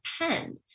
depend